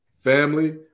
family